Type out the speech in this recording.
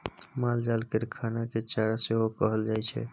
मालजाल केर खाना केँ चारा सेहो कहल जाइ छै